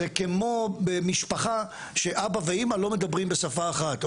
זה כמו במשפחה שאבא ואמא לא מדברים בשפה אחת,